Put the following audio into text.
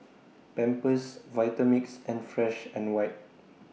Pampers Vitamix and Fresh and White